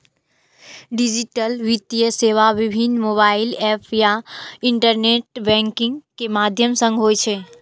digital वित्तीय सेवा विभिन्न मोबाइल एप आ इंटरनेट बैंकिंग के माध्यम सं होइ छै